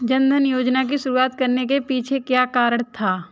जन धन योजना की शुरुआत करने के पीछे क्या कारण था?